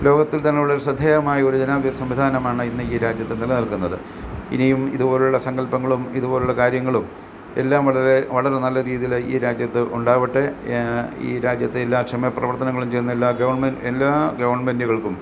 ലോകത്തിൽ തന്നെ ഉള്ള ശ്രദ്ധേയമായ ഒരു ജനാധിപത്യ സംവിധാനമാണ് ഇന്ന് ഈ രാജ്യത്ത് നിലനിൽക്കുന്നത് ഇനിയും ഇതുപോലെയുള്ള സങ്കൽപ്പങ്ങളും ഇതുപോലെയുള്ള കാര്യങ്ങളും എല്ലാം വളരെ വളരെ നല്ല രീതിയിൽ ഈ രാജ്യത്ത് ഉണ്ടാവട്ടെ ഈ രാജ്യത്തെ എല്ലാ ക്ഷേമപ്രവർത്തനങ്ങളും ചെയ്യുന്ന എല്ലാ ഗവൺമെൻ എല്ലാ ഗവൺമെൻ്റുകൾക്കും